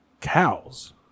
cows